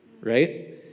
right